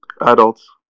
adults